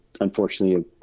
unfortunately